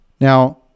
Now